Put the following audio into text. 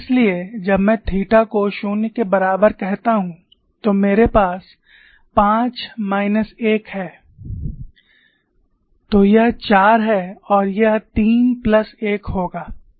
इसलिए जब मैं थीटा को 0 के बराबर कहता हूं तो मेरे पास 5 माइनस 1 है तो यह 4 है और यह 3 प्लस 1 होगा इसलिए यह भी 4 है